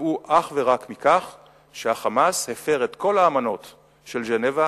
נבעו אך ורק מכך שה"חמאס" הפר את כל האמנות של ז'נבה,